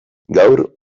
gaur